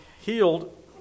healed